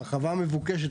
ההרחבה המבוקשת,